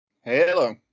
hello